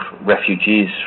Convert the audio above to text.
refugees